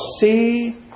see